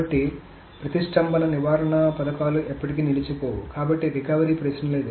కాబట్టి ప్రతిష్టంభన నివారణ పథకాలు ఎప్పటికీ నిలిచిపోవు కాబట్టి రికవరీ ప్రశ్న లేదు